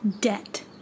Debt